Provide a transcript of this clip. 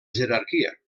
jerarquia